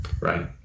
right